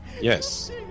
Yes